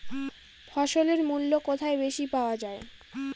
ফসলের মূল্য কোথায় বেশি পাওয়া যায়?